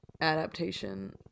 adaptation